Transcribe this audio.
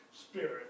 spirit